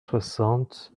soixante